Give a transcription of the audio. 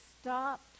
stop